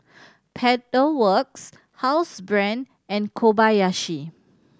Pedal Works Housebrand and Kobayashi